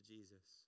Jesus